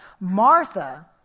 Martha